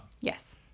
Yes